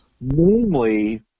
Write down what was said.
Namely